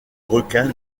requin